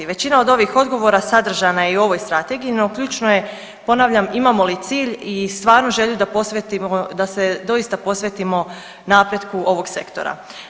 Većina od ovih odgovora sadržana je i u ovoj strategiji, no ključno je ponavljam imamo li cilj i stvarnu želju da posvetimo da se doista posvetimo napretku ovog sektora.